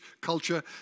culture